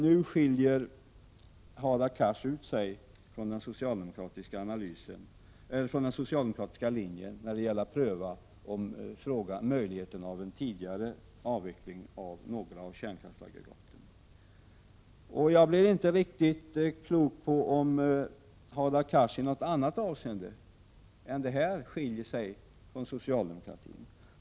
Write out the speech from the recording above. Nu skiljer emellertid Hadar Cars ut sig från den socialdemokratiska linjen när det gäller att pröva möjligheten av en tidigare avveckling av några av kärnkraftsaggregaten. Jag blir inte riktigt klok på om Hadar Cars i något annat avseende än detta skiljer sig från socialdemokratin.